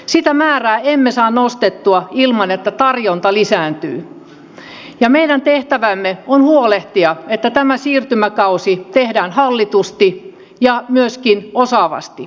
sitä määrää emme saa nostettua ilman että tarjonta lisääntyy ja meidän tehtävämme on huolehtia että tämä siirtymäkausi tehdään hallitusti ja myöskin osaavasti